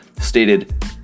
stated